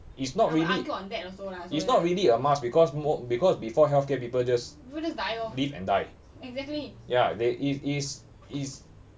it's not really it's not really a must because mo~ because before healthcare people just live and die ya they it's it's it's